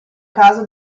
caso